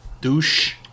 Douche